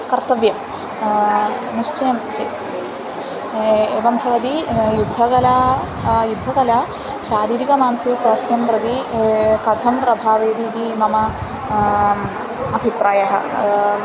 कर्तव्यं निश्चयं चेत् एवं भवति युद्धकला युद्धकला शारीरिकमानसिक स्वास्थ्यं प्रति कथं प्रभावयदिति मम अभिप्रायः